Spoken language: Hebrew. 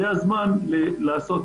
זה הזמן לעשות